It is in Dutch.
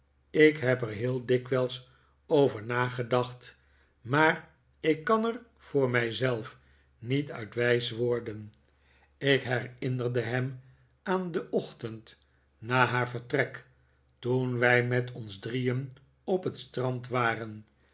ik heb er heel dikwijls over nagedacht maar ik kan er voor mijzelf niet uit wijs worden ik herinnerde hem aan den ochtend na haar vertrek toen wij met ons drieen op het strand waren